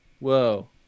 whoa